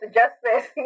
justice